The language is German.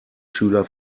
schüler